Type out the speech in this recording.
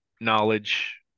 knowledge